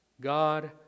God